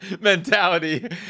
mentality